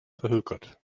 verhökert